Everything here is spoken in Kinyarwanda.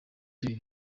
bibiri